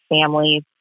families